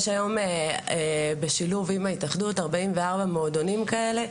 יש היום בשילוב עם ההתאחדות 44 מועדונים כאלה,